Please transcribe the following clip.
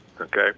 Okay